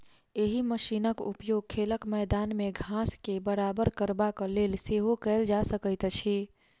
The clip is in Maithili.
एहि मशीनक उपयोग खेलक मैदान मे घास के बराबर करबाक लेल सेहो कयल जा सकैत अछि